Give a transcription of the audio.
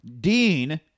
Dean